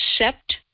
accept